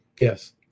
Yes